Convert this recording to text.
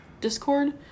Discord